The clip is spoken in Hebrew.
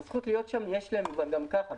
את הזכות להיות שם יש להם כבר גם כך,